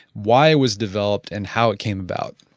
why it was developed and how it came about?